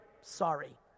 Sorry